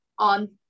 on